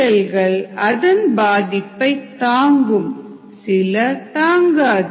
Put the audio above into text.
சில செல்கள் அதன் பாதிப்பை தாங்கும் சில தாங்காது